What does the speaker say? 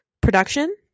Production